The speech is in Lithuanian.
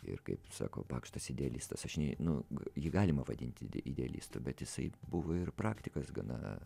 ir kaip sako pakštas idealistas aš nei nu jį galima vadinti idealistu bet jisai buvo ir praktikas gana